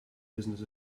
business